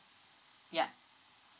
yeah